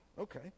okay